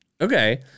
Okay